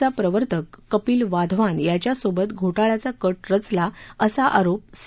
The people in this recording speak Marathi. चा प्रवर्तक कपील वाधवान याच्यासोबत घोटाळ्याचा कट रचला असा आरोप सी